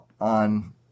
on